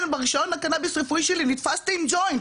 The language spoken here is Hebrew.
ברישיון הקנאביס הרפואי שלי נתפסתי עם ג'וינט.